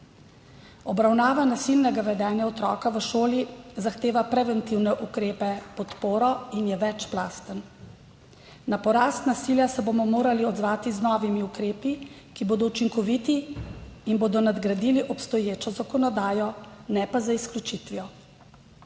Obravnava nasilnega vedenja otroka v šoli zahteva preventivne ukrepe, podporo in je večplastna. Na porast nasilja se bomo morali odzvati z novimi ukrepi, ki bodo učinkoviti in bodo nadgradili obstoječo zakonodajo, ne pa z izključitvijo.